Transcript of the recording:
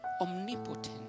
omnipotent